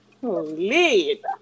Holy